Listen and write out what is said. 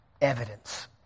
evidence